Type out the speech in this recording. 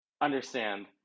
understand